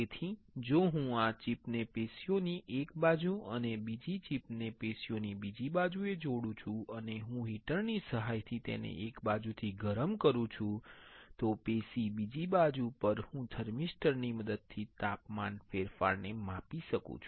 તેથી જો હું આ ચિપ ને પેશીઓની એક બાજુ અને બીજી ચિપને પેશીઓની બીજી બાજુએ જોડું છું અને હું હીટરની સહાયથી તેને એક બાજુથી ગરમ કરું છું તો પેશી બીજી બાજુ પર હું થર્મિસ્ટરની મદદથી તાપમાન ફેરફાર ને માપી શકું છું